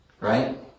right